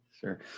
sure